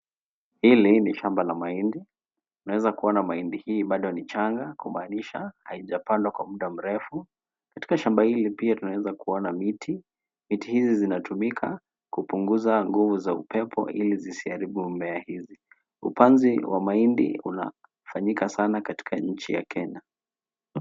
Hili ni shamba la mahindi. Naweza kuona mahindi hii bado ni changa, kumaanisha, haijapandwa kwa muda mrefu. Katika shamba hili pia tunaweza kuona miti. Miti hizi zinatumika kupunguza nguvu za upepo ilizisiharibu mimea hizi. Upanzi wa mahindi unafanyika sana katika nchi ya Kenya.